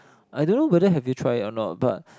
I don't know whether have you tried it or not but